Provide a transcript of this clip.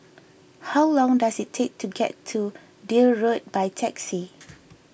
how long does it take to get to Deal Road by taxi